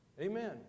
Amen